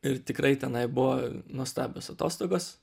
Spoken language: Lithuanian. ir tikrai tenai buvo nuostabios atostogos